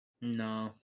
No